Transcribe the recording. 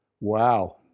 Wow